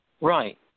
Right